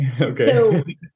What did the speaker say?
Okay